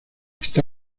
está